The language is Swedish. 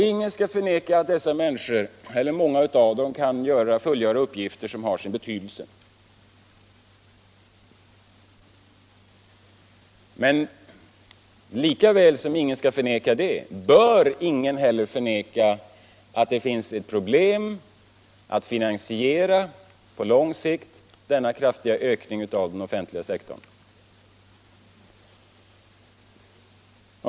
Ingen skall förneka att många av dessa människor kan fullgöra uppgifter som har sin betydelse, men lika väl som ingen skall förneka det bör ingen heller förneka att det finns ett problem att på lång sikt finansiera denna kraftiga ökning av den offentliga sektorn.